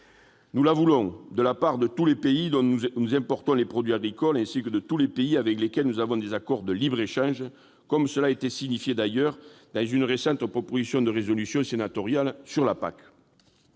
Nous la voulons de la part de tous les pays dont nous importons des produits agricoles, ainsi que de tous les pays avec lesquels nous avons des accords de libre-échange, comme cela a été signifié d'ailleurs dans une récente proposition de résolution sénatoriale sur la